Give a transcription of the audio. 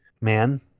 man